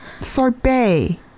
Sorbet